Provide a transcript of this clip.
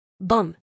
Bum